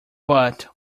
but